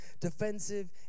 defensive